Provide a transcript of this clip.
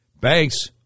Banks